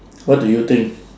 what do you think